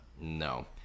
No